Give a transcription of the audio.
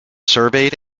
surveyed